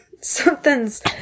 something's